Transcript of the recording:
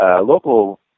local